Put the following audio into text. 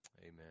Amen